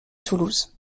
toulouse